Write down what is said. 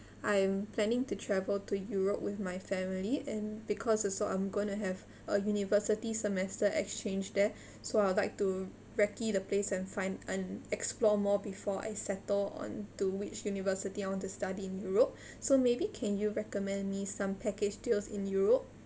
I am planning to travel to europe with my family and because it's so I'm going to have a university semester exchange there so I would like to recce the place and find and explore more before I settle on to which university I want to study in europe so maybe can you recommend me some package deals in europe